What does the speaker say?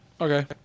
Okay